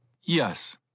Yes